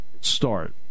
start